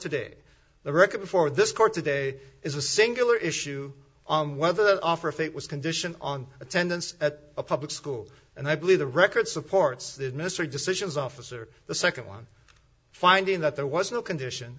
today the record before this court today is a singular issue on whether the offer if it was conditioned on attendance at a public school and i believe the record supports that mr decisions officer the second one finding that there was no condition